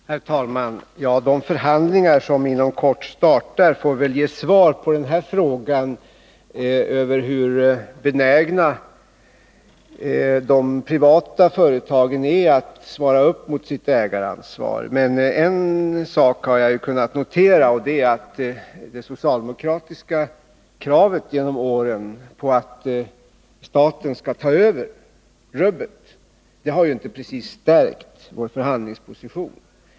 Herr talman! De förhandlingar som inom kort startar får väl ge svar på frågan om hur benägna de privata företagen är att handla i enlighet med sitt ägaransvar. Men en sak har jag kunnat notera, och det är att det genom åren framförda socialdemokratiska kravet på att staten skall ta över ”rubbet” inte precis har stärkt vår förhandlingsposition.